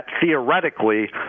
theoretically